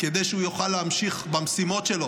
כדי שהוא יוכל להמשיך במשימות שלו,